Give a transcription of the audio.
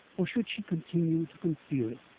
or should she continue to conceal it?